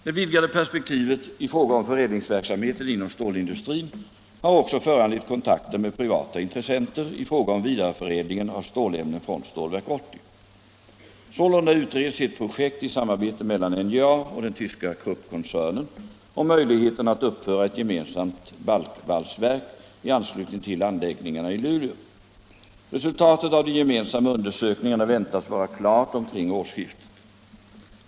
Det vidgade perspektivet i fråga om förädlingsverksamheten inom stålindustrin har också föranlett kontakter med privata intressenter i fråga om vidareförädlingen av stålämnen från Stålverk 80. Sålunda utreds ett projekt i samarbete mellan NJA och den tyska Kruppkoncernen om möjligheterna att uppföra ett gemensamt balkvalsverk i anslutning till anläggningarna i Luleå. Resultatet av de gemensamma undersökningarna väntas vara klart omkring årsskiftet.